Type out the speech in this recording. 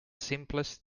simplest